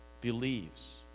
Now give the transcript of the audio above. believes